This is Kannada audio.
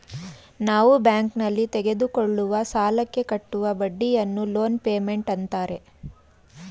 ನಾವು ಬ್ಯಾಂಕ್ನಲ್ಲಿ ತೆಗೆದುಕೊಳ್ಳುವ ಸಾಲಕ್ಕೆ ಕಟ್ಟುವ ಬಡ್ಡಿಯನ್ನು ಲೋನ್ ಪೇಮೆಂಟ್ ಅಂತಾರೆ